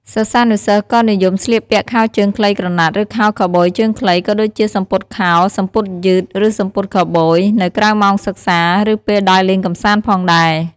សិស្សានុសិស្សក៏និយមស្លៀកពាក់ខោជើងខ្លីក្រណាត់ ឬខោខូវប៊យជើងខ្លី ក៏ដូចជាសំពត់ខោ សំពត់យឺត ឬសំពត់ខូវប៊យ នៅក្រៅម៉ោងសិក្សា ឬពេលដើរលេងកម្សាន្តផងដែរ។